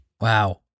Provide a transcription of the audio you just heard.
wow